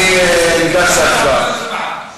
אני ניגש להצבעה.